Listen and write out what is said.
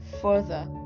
further